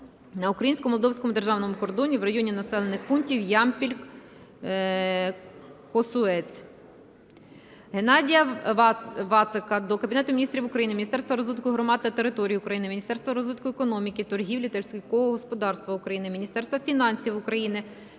на українсько-молдовському державному кордоні в районі населених пунктів Ямпіль - Косеуць. Геннадія Вацака до Кабінету Міністрів України, Міністерства розвитку громад та територій України, Міністерства розвитку економіки, торгівлі та сільського господарства України, Міністерства фінансів України